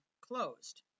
closed